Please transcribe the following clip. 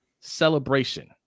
celebration